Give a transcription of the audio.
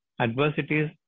Adversities